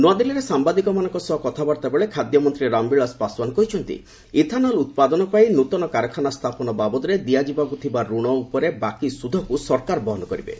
ନୃଆଦିଲ୍ଲୀରେ ସାମ୍ବାଦିକମାନଙ୍କ ସହ କଥାବାର୍ତ୍ତାବେଳେ ଖାଦ୍ୟ ମନ୍ତ୍ରୀ ରାମବିଳାଶ ପାଶଓ୍ୱାନ୍ କହିଛନ୍ତି ଇଥାନଲ୍ ଉତ୍ପାଦନପାଇଁ ନୂଆ କାରଖାନା ସ୍ଥାପନ ବାବଦରେ ଦିଆଯିବାକୁ ଥିବା ଋଣ ଉପରେ ବାକି ସୁଧକୁ ସରକାର ବହନ କରିବେ